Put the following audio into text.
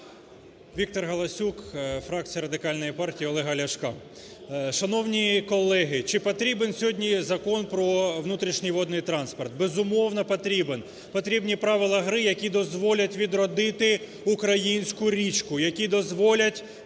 Віктор Галасюк, фракція Радикальної партії Олега Ляшка. Шановні колеги, чи потрібен сьогодні Закон про внутрішній водний транспорт? Безумовно, потрібен. Потрібні правила гри, які дозволять відродити українську річку, які дозволять